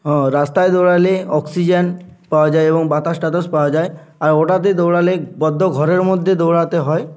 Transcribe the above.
হ্যাঁ রাস্তায় দৌড়ালে অক্সিজেন পাওয়া যায় এবং বাতাস টাতাস পাওয়া যায় আর ওটাতে দৌড়ালে বদ্ধ ঘরের মধ্যে দৌড়াতে হয়